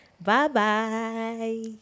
bye-bye